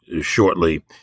shortly